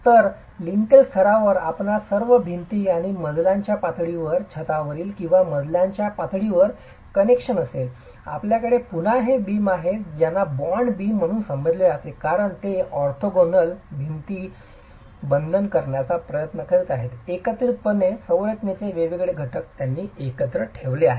तर लिंटेल स्तरावर आपणास सर्व भिंती आणि मजल्याच्या पातळीवर छतावरील किंवा मजल्याच्या पातळीवर कनेक्शन असेल आपल्याकडे पुन्हा हे बीम आहेत ज्याला बॉन्ड बीम म्हणून संबोधले जाते कारण ते ऑर्थोगोनल भिंती बंधन करण्याचा प्रयत्न करीत आहेत एकत्रितपणे संरचनेचे वेगवेगळे घटक एकत्रित ठेवले आहेत